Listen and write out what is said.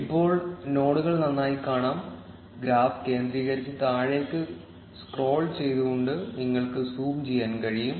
ഇപ്പോൾ നോഡുകൾ നന്നായി കാണാം ഗ്രാഫ് കേന്ദ്രീകരിച്ച് താഴേക്ക് സ്ക്രോൾ ചെയ്തുകൊണ്ട് നിങ്ങൾക്ക് സൂം ചെയ്യാൻ കഴിയും